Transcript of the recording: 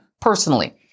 personally